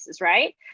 right